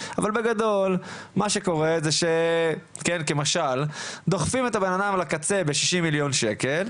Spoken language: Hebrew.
אבל בגדול מה שקורה זה שכמשל דוחפים את האדם לקצה ב-60,000,000 ₪,